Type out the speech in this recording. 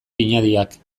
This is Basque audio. pinadiak